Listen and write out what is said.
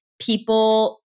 people